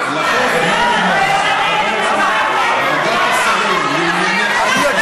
והשיכון יואב גלנט: ועדת השרים לענייני חקיקה,